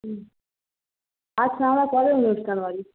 হুম আচ্ছা আর কবে অনুষ্ঠান বাড়ি